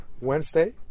wednesday